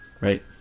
Right